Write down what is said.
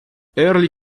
early